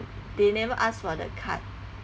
they never ask for the card